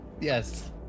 Yes